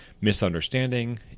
misunderstanding